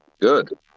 good